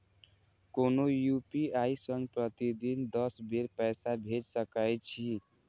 कोनो यू.पी.आई सं प्रतिदिन दस बेर पैसा भेज सकै छी